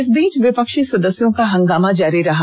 इस बीच विपक्षी सदस्यों का हंगामा जारी रहा